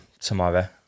tomorrow